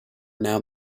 now